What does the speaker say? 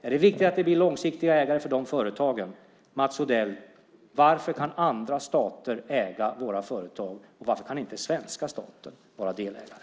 Är det viktigt att det blir långsiktiga ägare till dessa företag? Mats Odell, varför kan andra stater äga våra företag? Varför kan inte svenska staten vara delägare?